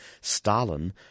Stalin